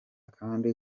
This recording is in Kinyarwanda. kandi